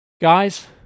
Guys